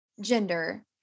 gender